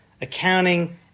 accounting